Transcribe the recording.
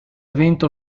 evento